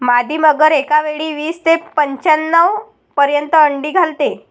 मादी मगर एकावेळी वीस ते पंच्याण्णव पर्यंत अंडी घालते